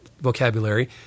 vocabulary